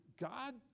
God